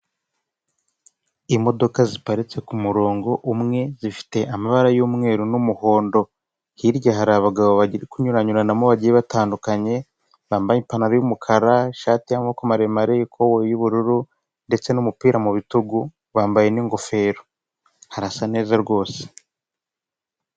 Imodoka ziparitse kumurongo umwe zifite amabara y'umweru n'umuhondo, hirya hari abagabo ba kunyuranyuranamo bagiye batandukanye bambaye ipantaro y'umukara, ishati y'amaboko maremare, ikobo y'ubururu ndetse n'umupira mubitugu bambaye n'ingofero harasa neza rwose.